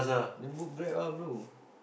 then book Grab lah bro